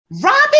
Robin